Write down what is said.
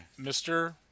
mr